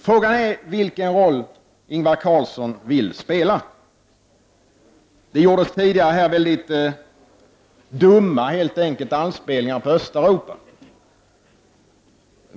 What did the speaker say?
Frågan är vilken roll Ingvar Carlsson vill spela. Det gjordes tidigare här dumma anspelningar på Östeuropa.